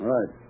Right